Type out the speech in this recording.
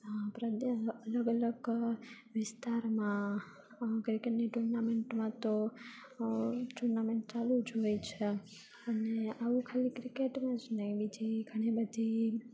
સાંપ્રદાય અલગ અલગ વિસ્તારમાં ક્રિકેટની ટુર્નામેન્ટમાં તો ટુર્નામેન્ટ ચાલુ જ હોય છે અને આવું ખાલી ક્રિકેટમાં જ નહીં બીજી ઘણી બધી